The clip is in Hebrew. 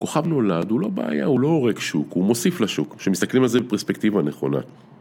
כוכב נולד הוא לא בעיה, הוא לא הורג שוק, הוא מוסיף לשוק, כשמסתכלים על זה בפרספקטיבה נכונה.